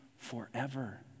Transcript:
forever